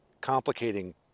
complicating